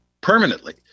permanently